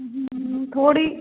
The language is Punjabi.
ਥੋੜ੍ਹੀ